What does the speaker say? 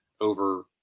over